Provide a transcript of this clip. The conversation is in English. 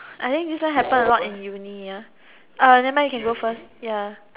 I think this one happen a lot in uni ah uh nevermind you can go first ya